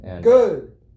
Good